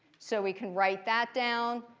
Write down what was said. so we can write that down.